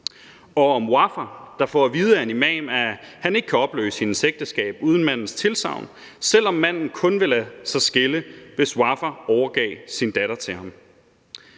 om Wafa, der får at vide af en imam, at han ikke kan opløse hendes ægteskab uden mandens tilsagn, selv om manden kun vil lade sig skille, hvis Wafa overgiver sin datter til ham.